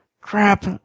Crap